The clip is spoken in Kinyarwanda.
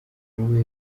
umuntu